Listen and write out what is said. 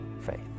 faith